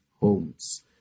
homes